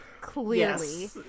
clearly